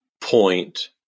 point